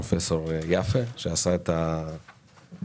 פרופ' יפה שיציג את המסקנות.